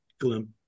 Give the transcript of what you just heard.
glim